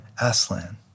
Aslan